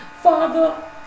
Father